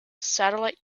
satellite